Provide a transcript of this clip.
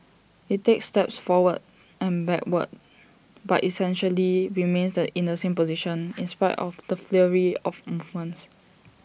IT takes steps forward and backward but essentially remains in the same position in spite of the flurry of movements